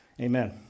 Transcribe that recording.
Amen